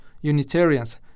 Unitarians